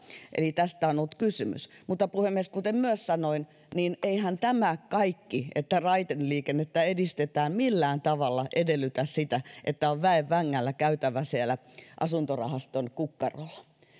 eli tästä on on ollut kysymys mutta puhemies kuten myös sanoin niin eihän tämä kaikki että raideliikennettä edistetään millään tavalla edellytä sitä että on väen vängällä käytävä siellä asuntorahaston kukkarolla